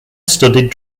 studied